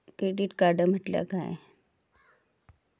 Credit card म्हटल्या काय?